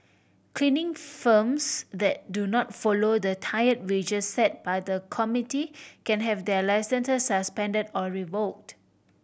cleaning firms that do not follow the tier wage set by the committee can have their licences suspended or revoked